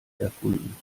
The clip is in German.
erfunden